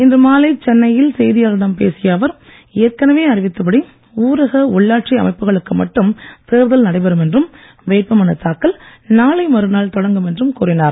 இன்று மாலை சென்னையில் செய்தியாளர்களிடம் பேசிய அவர் ஏற்கனவே அறிவித்தபடி ஊரக உள்ளாட்சி அமைப்புகளுக்கு மட்டும் தேர்தல் நடைபெறும் என்றும் வேட்பு மனுத்தாக்கல் நாளை மறுநாள் தொடங்கும் என்றும் கூறினார்